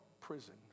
prison